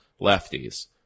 lefties